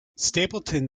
stapleton